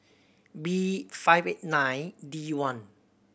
B five eight nine D one